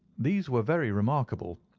these were very remarkable,